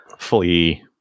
fully